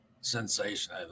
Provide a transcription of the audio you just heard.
sensation